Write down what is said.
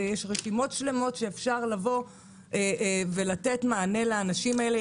יש רשימות שלמות שאפשר לתת מענה לאנשים האלה.